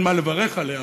אין מה לברך עליה,